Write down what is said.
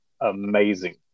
amazing